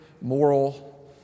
moral